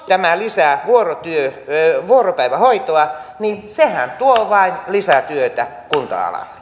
jos tämä lisää vuoropäivähoitoa niin sehän tuo vain lisää työtä kunta alalle